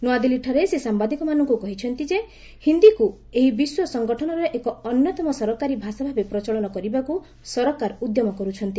ନୂଆଦିଲ୍ଲୀଠାରେ ସେ ସାମ୍ଭାଦିକମାନଙ୍କୁ କହିଛନ୍ତି ଯେ ହିନ୍ଦୀକୁ ଏହି ବିଶ୍ୱ ସଂଗଠନର ଏକ ଅନ୍ୟତମ ସରକାରୀ ଭାଷା ଭାବେ ପ୍ରଚଳନ କରିବାକୁ ସରକାର ଉଦ୍ୟମ କରୁଛନ୍ତି